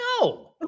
No